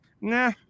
Nah